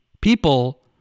people